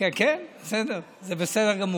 כן, בסדר גמור.